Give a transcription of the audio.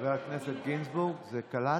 חבר הכנסת גינזבורג, זה נקלט?